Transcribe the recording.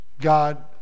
God